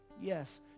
yes